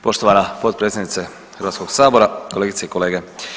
Poštovana potpredsjednice Hrvatskoga sabora, kolegice i kolege.